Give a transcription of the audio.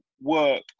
work